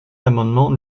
l’amendement